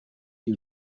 you